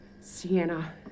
Sienna